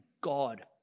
God